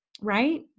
Right